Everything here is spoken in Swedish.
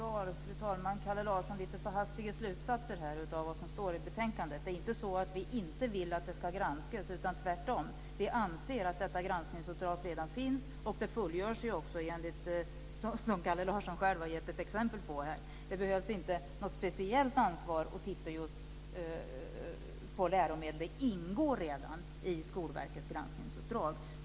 Fru talman! Nu drar Kalle Larsson lite för hastiga slutsatser av vad som står i betänkandet. Det är inte så att vi inte vill att det ska granskas. Tvärtom anser vi att detta granskningsuppdrag redan finns. Det fullgörs ju också, som Kalle Larsson själv har gett ett exempel på här. Det behövs inte något speciellt ansvar för att titta just på läromedel - det ingår redan i Skolverkets granskningsuppdrag.